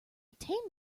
tame